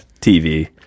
TV